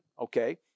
okay